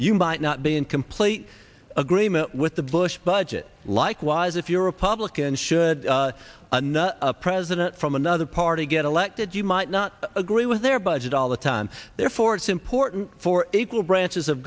you might not be in complete agreement with the bush budget likewise if your republican should another president from another party get elected you might not agree with their budget all the time therefore it's important for equal branches of